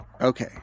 Okay